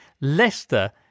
Leicester